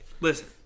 Listen